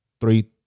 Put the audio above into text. three